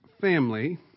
family